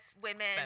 women